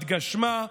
התגשמה,